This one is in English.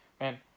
man